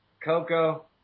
Coco